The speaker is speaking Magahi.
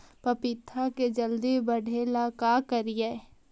पपिता के जल्दी बढ़े ल का करिअई?